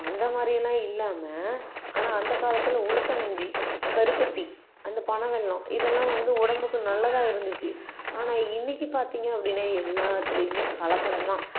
அந்த மாதிரி எல்லாம் இல்லாமல் ஆனால் அந்த காலத்தில் உளுத்தங்கஞ்சி கருப்பட்டி அந்த பனவெல்லம் இதெல்லாம் வந்து உடம்புக்கு நல்லதாக இருந்துச்சு ஆனால் இன்றைக்கி பார்த்திங்க அப்படின்னா எல்லாத்திலையுமே கலப்படம் தான்